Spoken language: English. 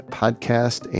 podcast